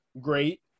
great